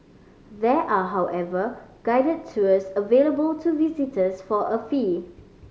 there are however guided tours available to visitors for a fee